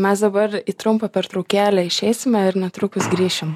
mes dabar į trumpą pertraukėlę išeisime ir netrukus grįšim